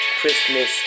Christmas